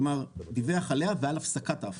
כלומר, דיווח עליה ועל הפסקת ההפרה,